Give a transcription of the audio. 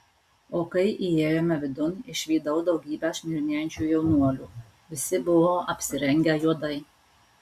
o kai įėjome vidun išvydau daugybę šmirinėjančių jaunuolių visi buvo apsirengę juodai